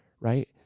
right